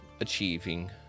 achieving